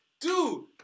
Dude